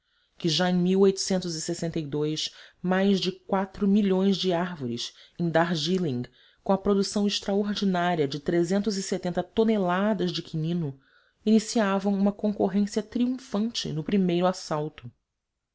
que já em mais de quatro milhões de árvores em darjeenling com a produção extraordinária de toneladas de quinino iniciavam uma concorrência triunfante no primeiro assalto